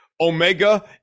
Omega